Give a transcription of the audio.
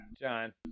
John